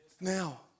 Now